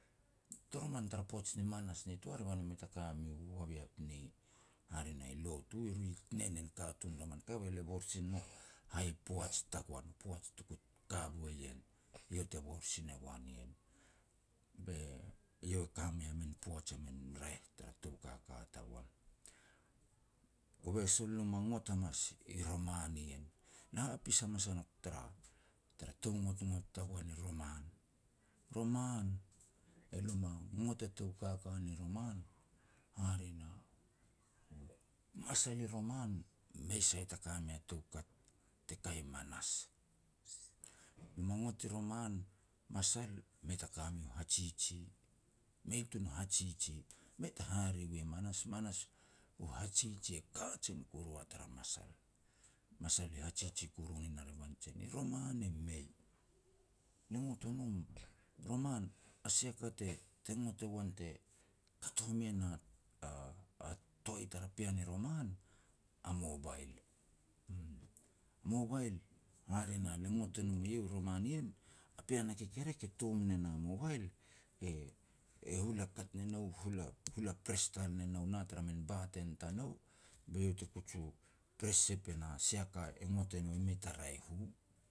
Toroman tara poaj ni manas nitoa revan mei ta ka miu waviap ni, hare na i lotu, ru i nenen katun roman, kave lia bor sin nouk hai poaj tagaon, poaj tuku ka boi en, iau te bor sin e guan ien. Be, iau e ka mei a min poaj a min raeh tara tou kaka tagoan. Kove sol e lo ma ngot hamas i roman ien, lia hapis hamas a nouk tara-tara tou ngotngot tagoan i roman. Roman, elo ma ngot a tou kaka ni roman, hare na, masal i roman mei sai taka mea toukat te ka i manas. Lo ma ngot i roman, masal mei ta ka miu hajiji, mei tun hajiji. Mei ta hare wi manas, manas u hajiji e kajen kuru a tara masal. Masal i hajiji kuru nien a revan jen, i roman e mei. Le ngot o nom, roman, a sia ka te ngot e goan te kat home e na a-a toai tara pean ni roman, a mobile, uum. Mobile, hare na, le ngot e nom ien i roman ien, a pean a kekerek e tom ne na mobile, e-e hula kat ne nou, hula-hula press tal ne nou nah tara min button tanou, be iau te kuju press sep e na sia ka e ngot e nou, e mei ta raeh u.